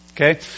Okay